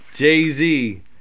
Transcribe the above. Jay-Z